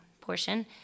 portion